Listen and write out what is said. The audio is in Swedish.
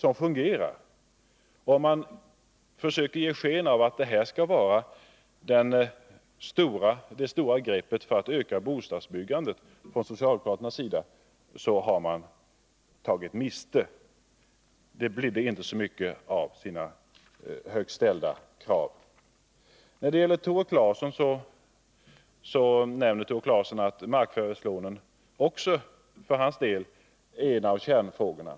Om man försöker ge sken av att detta skall vara det stora greppet från socialdemokraternas sida för att öka bostadsbyggandet, så har man tagit miste. Det blev inte så mycket av deras högt ställda krav. Tore Claeson nämner att markförvärvslånen också för honom är en av kärnfrågorna.